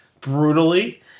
brutally